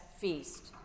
feast